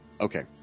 Okay